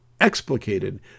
explicated